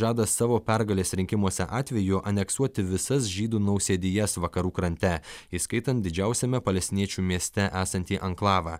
savo pergalės rinkimuose atveju aneksuoti visas žydų nausėdijas vakarų krante įskaitant didžiausiame palestiniečių mieste esantį anklavą